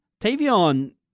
Tavion